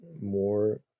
more